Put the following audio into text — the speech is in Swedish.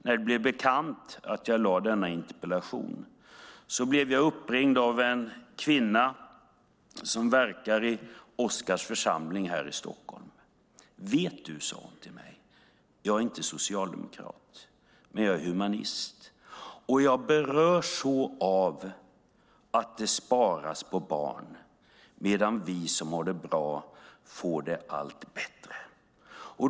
När det blev bekant att jag ställt denna interpellation blev jag uppringd av en kvinna som verkar i Oscars församling här i Stockholm. Vet du, sade hon till mig, jag är inte socialdemokrat, men jag är humanist. Och jag berörs så av att det sparas på barn medan vi som har det bra får det allt bättre.